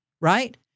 right